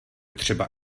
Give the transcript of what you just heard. třeba